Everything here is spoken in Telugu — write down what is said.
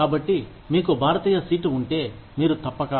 కాబట్టి మీకు భారతీయ సీటు ఉంటే మీరు తప్పక